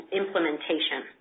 implementation